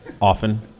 often